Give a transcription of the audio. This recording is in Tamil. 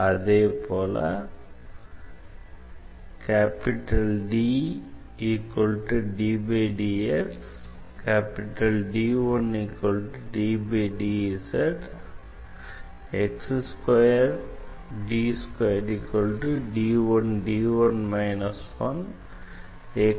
அதேபோல vlcsnap 2019 04 15 10h38m33s422